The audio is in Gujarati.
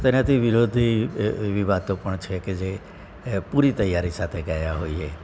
તેનાથી વિરોધી એવી વાતો પણ છે કે જે પૂરી તૈયારી સાથે ગયા હોઈએ